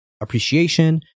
appreciation